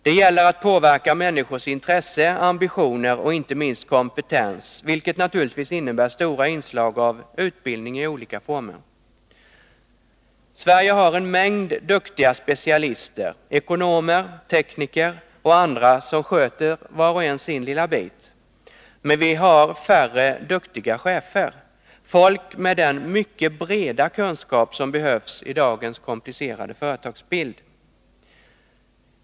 Det gäller att påverka människors intresse, ambitioner och inte minst kompetens vilket naturligtvis innebär stora inslag av utbildning i olika former. Sverige har en mängd duktiga specialister, ekonomer, tekniker och andra som sköter var sin lilla bit. Men vi har färre duktiga chefer — personer med den mycket breda kunskap som behövs i dagens komplicerade företagsbild.